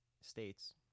states